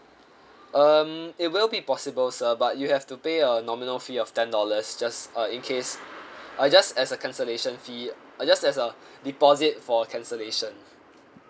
um it will be possible sir but you have to pay a nominal fee of ten dollars just uh in case uh just as a cancellation fee uh just as uh deposit for cancellation